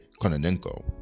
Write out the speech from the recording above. Kononenko